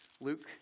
Luke